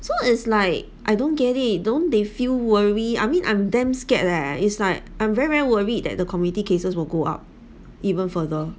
so is like I don't get it don't they feel worry I mean I'm damn scared leh it's like I'm very worried that the community cases will go up even further